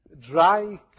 Dry